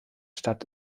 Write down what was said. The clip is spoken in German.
stadt